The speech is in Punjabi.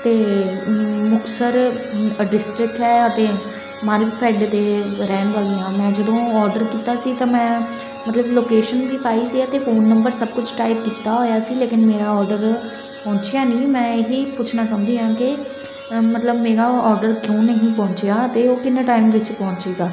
ਅਤੇ ਮੁਕਤਸਰ ਅਡਿਸਟਰਿਕਟ ਹੈ ਅਤੇ ਮਾਰਕ ਫੈਡ ਦੇ ਰਹਿਣ ਵਾਲੀ ਹਾਂ ਮੈਂ ਜਦੋਂ ਔਡਰ ਕੀਤਾ ਸੀ ਤਾਂ ਮੈਂ ਮਤਲਬ ਲੋਕੇਸ਼ਨ ਵੀ ਪਾਈ ਸੀ ਅਤੇ ਫੋਨ ਨੰਬਰ ਸਭ ਕੁਝ ਟਾਈਪ ਕੀਤਾ ਹੋਇਆ ਸੀ ਲੇਕਿਨ ਮੇਰਾ ਔਡਰ ਪਹੁੰਚਿਆ ਨਹੀਂ ਮੈਂ ਇਹ ਹੀ ਪੁੱਛਣਾ ਚਾਹੁੰਦੀ ਹਾਂ ਕਿ ਮਤਲਬ ਮੇਰਾ ਔਡਰ ਕਿਉਂ ਨਹੀਂ ਪਹੁੰਚਿਆ ਅਤੇ ਉਹ ਕਿੰਨੇ ਟਾਈਮ ਵਿੱਚ ਪਹੁੰਚੇਗਾ